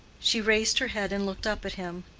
she raised her head and looked up at him.